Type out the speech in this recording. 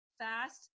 fast